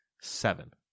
Seven